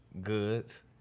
Goods